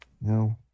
no